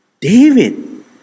David